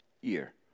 year